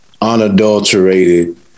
unadulterated